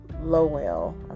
Lowell